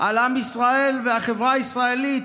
על עם ישראל והחברה הישראלית,